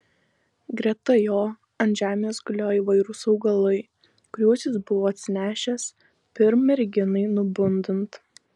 greta jo ant žemės gulėjo įvairūs augalai kuriuos jis buvo atsinešęs pirm merginai nubundant